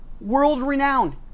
World-renowned